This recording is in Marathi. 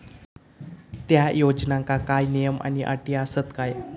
त्या योजनांका काय नियम आणि अटी आसत काय?